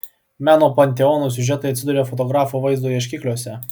meno panteonų siužetai atsiduria fotografų vaizdo ieškikliuose